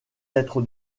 être